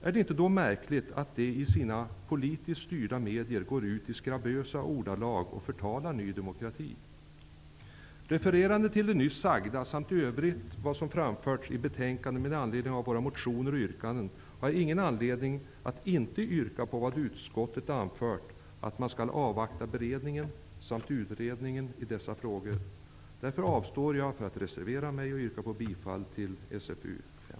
Är det då inte märkligt att de i sina politiskt styrda medier går ut och förtalar Ny demokrati i skabrösa ordalag? Refererande till det nyss sagda samt till övrigt som framförts i betänkandet med anledning av våra motioner och yrkanden, har jag ingen anledning att inte yrka bifall till vad utskottet anfört om att man skall avvakta beredningen och utredningen av dessa frågor. Därför avstår jag från att reservera mig och yrkar bifall till utskottets hemställan i Sfu5.